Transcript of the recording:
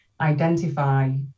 identify